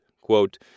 quote